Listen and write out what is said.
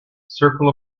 circle